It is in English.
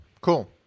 Cool